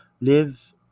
Live